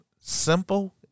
simple